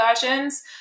versions